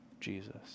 Jesus